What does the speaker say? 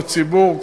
לציבור,